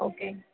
okay